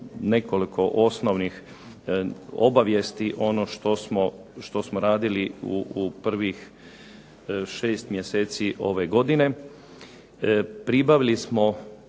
nekoliko osnovnih obavijesti, ono što smo radili u prvih 6 mjeseci ove godine. Pribavili smo